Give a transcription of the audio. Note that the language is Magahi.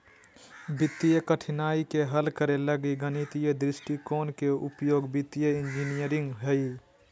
वित्तीय कठिनाइ के हल करे लगी गणितीय दृष्टिकोण के उपयोग वित्तीय इंजीनियरिंग हइ